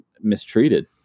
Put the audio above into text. mistreated